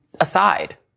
aside